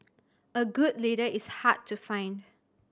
a good leader is hard to find